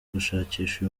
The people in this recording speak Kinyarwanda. gushakisha